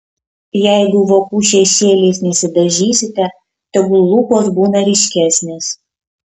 jeigu vokų šešėliais nesidažysite tegul lūpos būna ryškesnės